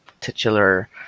titular